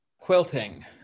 quilting